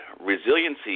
resiliency